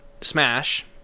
smash